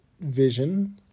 vision